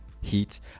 Heat